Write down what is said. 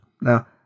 Now